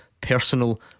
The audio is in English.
Personal